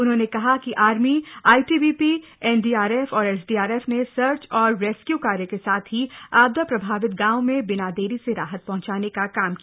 उन्होंन कहा कि आर्मी आईटीबीपी एनडीआरएफ और एसडीआरएफ न सर्च और रफ़्क्यू कार्य क साथ ही आपदा प्रभावित गांवों में बिना दप्री का राहत पहुंचान का काम भी किया